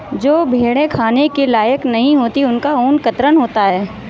जो भेड़ें खाने के लायक नहीं होती उनका ऊन कतरन होता है